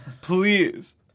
Please